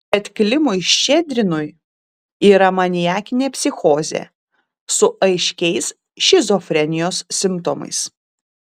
bet klimui ščedrinui yra maniakinė psichozė su aiškiais šizofrenijos simptomais